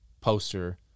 poster